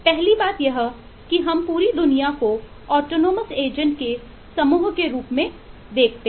पहली बात यह है कि हम पूरी दुनिया को ऑटोनॉमस एजेंटों के एक समूह के रूप में देखते हैं